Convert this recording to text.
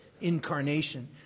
incarnation